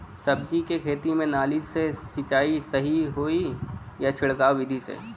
सब्जी के खेती में नाली से सिचाई सही होई या छिड़काव बिधि से?